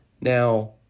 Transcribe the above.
Now